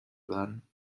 werden